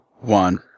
one